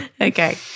Okay